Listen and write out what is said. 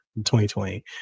2020